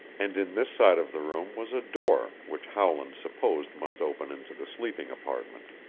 and in this side of the room was a door which howland supposed must open into the sleeping apartment.